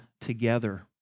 together